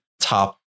top